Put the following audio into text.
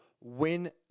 win